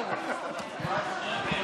חברי מיקי,